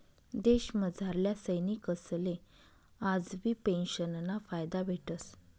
देशमझारल्या सैनिकसले आजबी पेंशनना फायदा भेटस